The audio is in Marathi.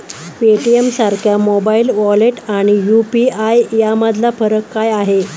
पेटीएमसारख्या मोबाइल वॉलेट आणि यु.पी.आय यामधला फरक काय आहे?